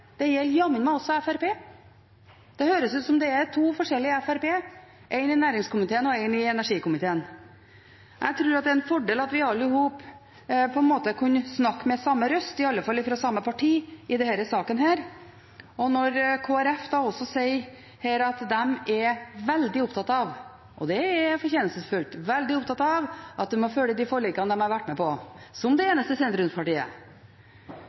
det gjelder jammen også Fremskrittspartiet. Det høres ut som om det er to forskjellige Fremskrittsparti, et i næringskomiteen og et i energikomiteen. Jeg tror det er en fordel om vi alle sammen snakker med samme røst, iallfall fra samme parti, i denne saken. Når Kristelig Folkeparti sier her at de er veldig opptatt av – og det er fortjenstfullt – at de må følge de forlikene de har vært med på, som det